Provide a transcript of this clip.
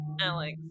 Alex